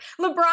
LeBron